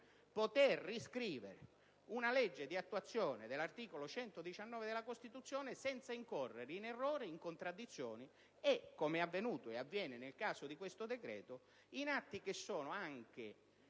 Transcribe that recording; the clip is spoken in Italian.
poter riscrivere una legge di attuazione dell'articolo 119 della Costituzione, senza incorrere in errori, in contraddizioni e, come avvenuto e avviene nel caso di questo decreto, in atti che sono anche